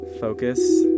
focus